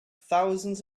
thousands